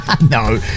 No